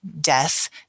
death